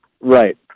Right